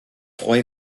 froid